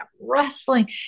wrestling